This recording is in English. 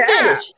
finish